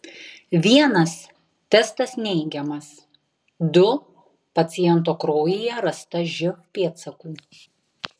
vienas testas neigiamas du paciento kraujyje rasta živ pėdsakų